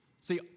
See